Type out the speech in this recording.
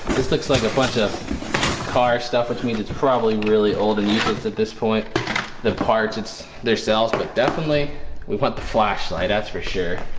looks like a bunch of car stuff which means it's probably really old and useless at this point the parts it's there cells but definitely we put the flashlight. that's for sure